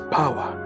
power